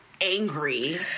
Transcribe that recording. angry